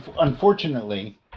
unfortunately